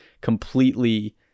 completely